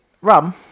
rum